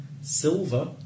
Silver